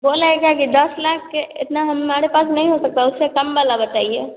बोल रहें क्या कि दस लाख के इतना हमारे पास नहीं हो सकता है उससे कम वाला बताइए